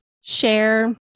share